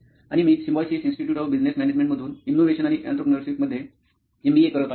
आणि मी Symbiosis institute of business management मधून इनोव्हेशन आणि एंटरप्रेन्योरशिप मध्ये एमबीए करत आहे